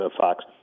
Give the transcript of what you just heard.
Fox